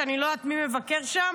שאני לא יודעת מי מבקר שם